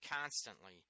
constantly